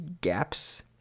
gaps